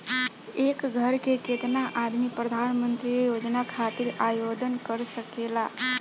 एक घर के केतना आदमी प्रधानमंत्री योजना खातिर आवेदन कर सकेला?